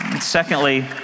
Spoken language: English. Secondly